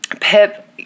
Pip